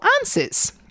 answers